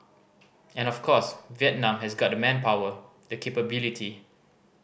and of course Vietnam has got the manpower the capability